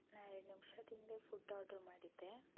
ನಾ ಎರಡು ನಿಂಷದ ಹಿಂದೆ ಫುಡ್ ಆರ್ಡರ್ ಮಾಡಿದ್ದೆ